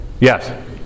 Yes